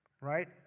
right